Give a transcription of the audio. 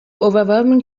overwhelming